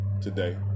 today